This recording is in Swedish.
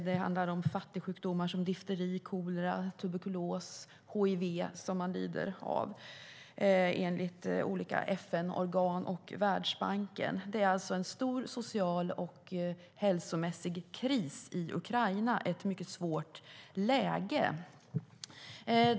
Det handlar om fattigsjukdomar som difteri, kolera, tuberkulos och hiv som man lider av enligt olika FN-organ och Världsbanken. Det är en stor social och hälsomässig kris i Ukraina och ett mycket svårt läge.